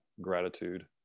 gratitude